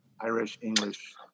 Irish-English